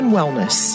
Wellness